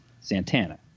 Santana